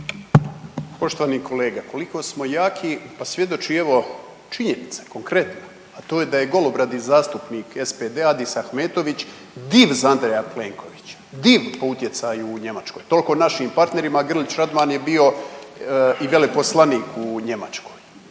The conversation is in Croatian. Poštovani kolega koliko smo jaki pa svjedoči evo činjenica konkretna, a to je da je golobradi zastupnik SPD-a Adis Atmetović div za Andreja Plenkovića, div po utjecaju u Njemačkoj. Toliko o našim partnerima, a Grlić Radman je bio i veleposlanik u Njemačkoj,